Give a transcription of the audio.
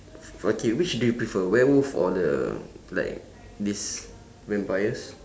okay which do you prefer werewolf or the like these vampires